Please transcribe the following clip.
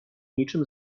niczym